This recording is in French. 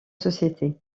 société